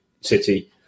City